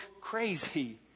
crazy